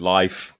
life